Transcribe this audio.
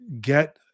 get